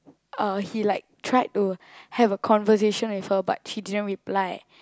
uh he like tried to have a conversation with her but she didn't reply